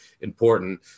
important